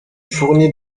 fournit